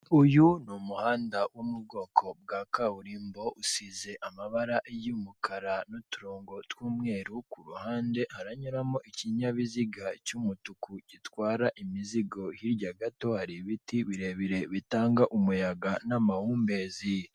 Uyu ni umuhanda wo mu bwoko bwa kaburimbo usize amabara y'umukara n'uturongo tw'umweru, kuruhande aranyuramo ikinyabiziga cy'umutuku gitwara imizigo. Hirya gato hari ibiti birebire bitanga umuyaga n'amahumbezi.